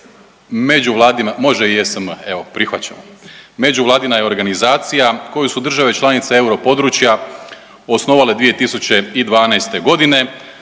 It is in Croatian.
međuvladina je organizacija koju su države članice europodručja osnovale 2012.g.,